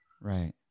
right